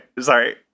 sorry